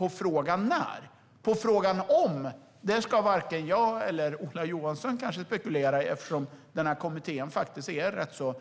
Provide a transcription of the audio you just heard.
När det gäller frågan "om" ska kanske varken jag eller Ola Johansson spekulera, eftersom kommittén faktiskt är rätt så